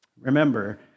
Remember